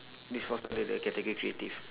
this falls under the category creative